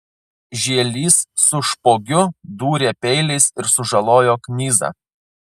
žielys su špogiu dūrė peiliais ir sužalojo knyzą